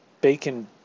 bacon